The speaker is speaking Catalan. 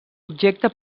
objecte